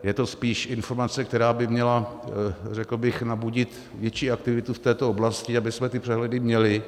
Je to spíš informace, která by měla, řekl bych, nabudit větší aktivitu v této oblasti, abychom ty přehledy měli.